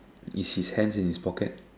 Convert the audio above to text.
is his hands in his pocket